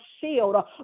shield